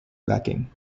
backing